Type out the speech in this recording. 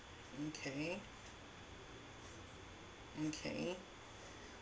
okay okay